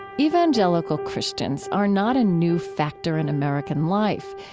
evangelical christians are not a new factor in american life,